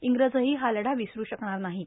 इंग्रजही हा लढा विसरू शकणार नाहीत